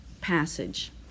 passage